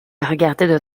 regardait